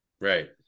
Right